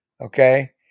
okay